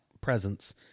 presence